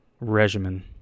regimen